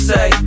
Say